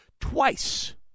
twice